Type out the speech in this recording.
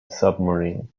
submarine